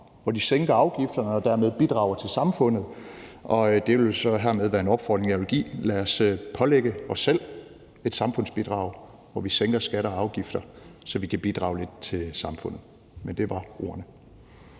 hvor den sænker afgifterne og dermed bidrager til samfundet. Og det vil så hermed være en opfordring, jeg vil give: Lad os pålægge os selv et samfundsbidrag, hvor vi sænker skatter og afgifter, så vi kan bidrage til samfundet. Det var ordene.